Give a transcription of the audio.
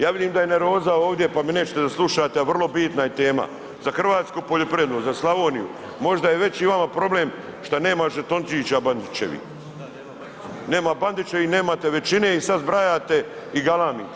Ja vidim da je nervoza ovdje, pa me nećete da slušate, a vrlo bitna je tema za hrvatsku poljoprivredu, za Slavoniju, možda je veći vama problem šta nema žetončića bandićevih, nema Bandića i nemate većine i sad zbrajate i galamite.